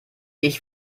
ich